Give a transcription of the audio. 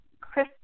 Chris